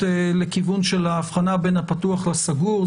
לכיוון של ההבחנה בין הפתוח לסגור.